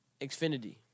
Xfinity